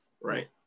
right